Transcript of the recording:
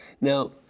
Now